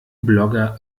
blogger